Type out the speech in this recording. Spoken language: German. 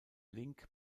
link